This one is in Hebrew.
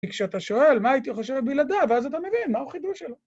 כי כשאתה שואל מה הייתי חושב בלעדיו, ואז אתה מבין, מה החידוש שלו.